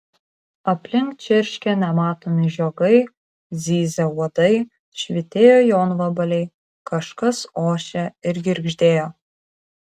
aplink čirškė nematomi žiogai zyzė uodai švytėjo jonvabaliai kažkas ošė ir girgždėjo